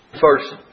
first